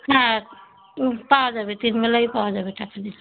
হ্যাঁ পাওয়া যাবে তিনবেলাই পাওয়া যাবে টাকা দিলে